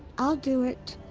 i'll do it.